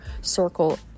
circle